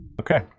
Okay